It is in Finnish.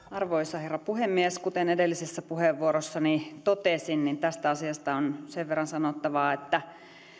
arvoisa herra puhemies kuten edellisessä puheenvuorossani totesin tästä asiasta on sen verran sanottavaa että